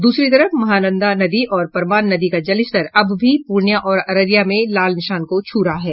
दूसरी तरफ महानंदा नदी और परमान नदी का जलस्तर अब भी पूर्णियां और अररिया में लाल निशान को छू रहा है